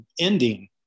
ending